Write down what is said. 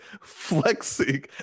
flexing